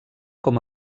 com